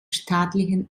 staatlichen